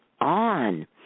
on